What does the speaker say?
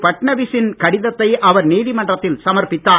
பட்னவிஸ் ஸின் கடித்தத்தை அவர் நீதிமன்றத்தில் சமர்ப்பித்தார்